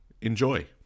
Enjoy